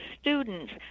students